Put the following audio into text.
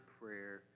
prayer